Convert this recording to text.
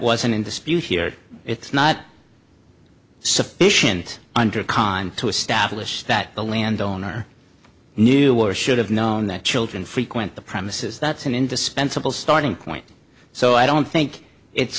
wasn't in dispute here it's not sufficient under a con to establish that the landowner knew or should have known that children frequent the premises that's an indispensable starting point so i don't think it's